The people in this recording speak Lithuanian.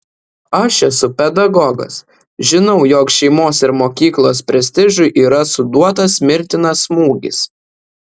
aš esu pedagogas žinau jog šeimos ir mokyklos prestižui yra suduotas mirtinas smūgis